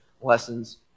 lessons